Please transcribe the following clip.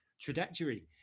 trajectory